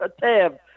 tab